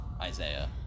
Isaiah